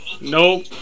Nope